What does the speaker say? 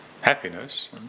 happiness